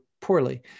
poorly